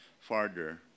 farther